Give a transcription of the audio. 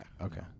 okay